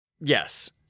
Yes